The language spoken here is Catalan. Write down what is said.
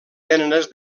gèneres